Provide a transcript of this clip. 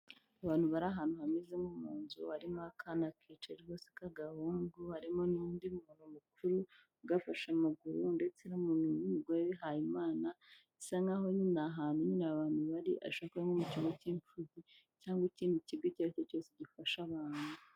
Abantu bari ahantu hameze nko mu nzu, harimo akana kicaye rwose ka gahungu, harimo n'undi mumama mukuru ugafashe amaguru, ndetse n'umugore wihaye Imana, bisa naho nyine ari ahantu abantu bari, bishoboka ko ari mu kigo k'imfubyi cyangwa ikindi kigo icyo aricyo cyose gifasha abantu.